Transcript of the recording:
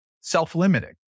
self-limiting